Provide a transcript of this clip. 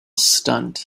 stunt